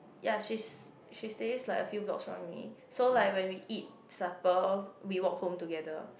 ya she's she stays like a few blocks from me so like when we eat supper we walk home together